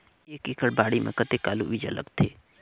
एक एकड़ बाड़ी मे कतेक आलू बीजा लगथे?